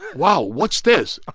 wow, what's this?